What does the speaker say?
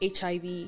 HIV